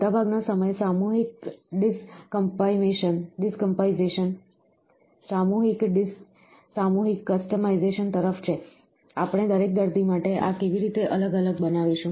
મોટાભાગનો સમય સામૂહિક કસ્ટમાઇઝેશન તરફ છે આપણે દરેક દર્દી માટે આ કેવી રીતે અલગ અલગ બનાવીશું